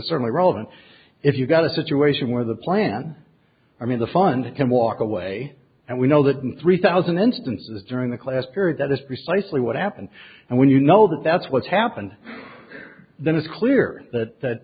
certainly relevant if you've got a situation where the plan i mean the fund can walk away and we know that in three thousand instances during the class period that is precisely what happened and when you know that that's what's happened then it's clear that that